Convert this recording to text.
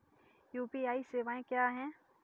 UPI सवायें क्या हैं?